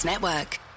Network